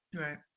Right